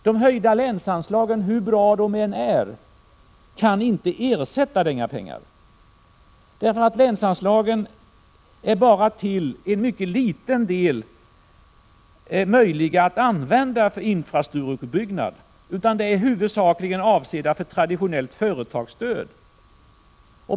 De höjda länsanslagen kan inte ersätta dessa pengar, hur bra de än är. Länsanslagen är bara till mycket liten del möjliga att använda för infrastrukturuppbyggnad. De är huvudsakligen avsedda för traditionellt företagsstöd.